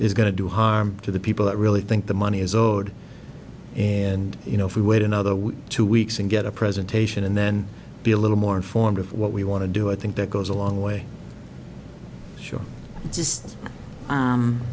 is going to do harm to the people that really think the money is owed and you know if we wait another two weeks and get a presentation and then be a little more informed of what we want to do i think that goes a long way sure just